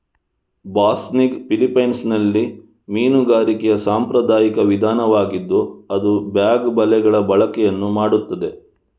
ಬಾಸ್ನಿಗ್ ಫಿಲಿಪೈನ್ಸಿನಲ್ಲಿ ಮೀನುಗಾರಿಕೆಯ ಸಾಂಪ್ರದಾಯಿಕ ವಿಧಾನವಾಗಿದ್ದು ಅದು ಬ್ಯಾಗ್ ಬಲೆಗಳ ಬಳಕೆಯನ್ನು ಮಾಡುತ್ತದೆ